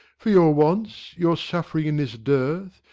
for your wants, your suffering in this dearth,